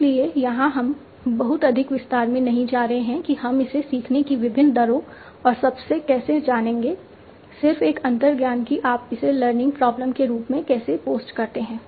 इसलिए यहां हम बहुत अधिक विस्तार में नहीं जा रहे हैं कि हम इसे सीखने की विभिन्न दरों और सब से कैसे जानेंगे सिर्फ एक अंतर्ज्ञान कि आप इसे लर्निंग प्रॉब्लम के रूप में कैसे पोस्ट करते हैं